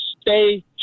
stay